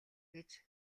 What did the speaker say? гэж